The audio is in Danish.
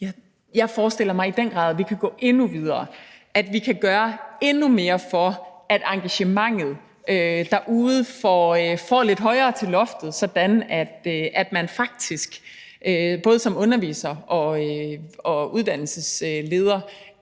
jeg forestiller mig i den grad, at vi kan gå endnu videre, og at vi kan gøre endnu mere for, at engagementet derude får lidt højere til loftet, sådan at man faktisk både som underviser og uddannelsesleder